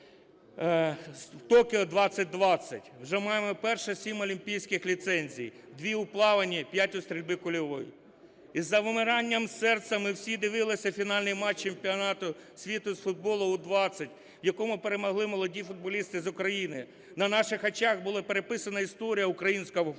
Токіо-2020. Вже маємо перші 7 олімпійських ліцензій: 2 – у плаванні і 5 – у стрільбі кульовій. Із завмиранням серця ми всі дивилися фінальний матч Чемпіонату світу з футболу U-20, в якому перемогли молоді футболісти з України. На наших очах була переписана історія українського футболу.